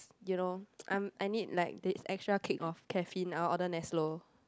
you know I'm I need like the extra kick of caffeine I'll order Neslo